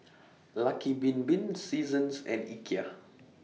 Lucky Bin Bin Seasons and Ikea